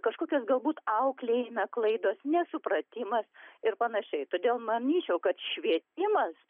kažkokios galbūt auklėjime klaidos nesupratimas ir panašiai todėl manyčiau kad švietimas